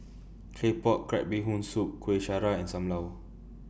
Claypot Crab Bee Hoon Soup Kueh Syara and SAM Lau